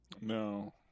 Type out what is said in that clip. No